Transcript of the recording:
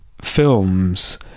films